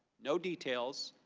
no details,